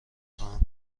خواهم